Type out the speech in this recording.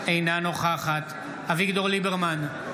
אינה נוכחת אביגדור ליברמן,